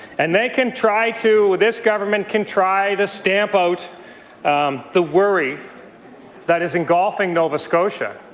and they can try to this government can try to stamp out the worry that is engulfing nova scotia